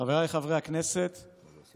חבריי חברי הכנסת, נאום על מרתון?